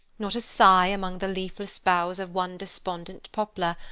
not a sigh among the leafless boughs of one despondent poplar,